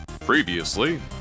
Previously